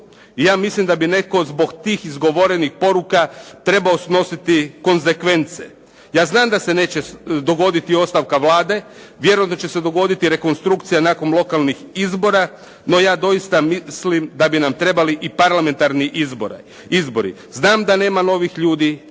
Ja mislim da bi netko zbog tih izgovorenih poruka trebao snositi konzekvence. Ja znam da se neće dogoditi ostavka Vlade, vjerojatno će se dogoditi rekonstrukcija nakon lokalnih izbora, no ja doista mislim da bi nam trebali parlamentarni izbori. Znam da nema novih ljudi,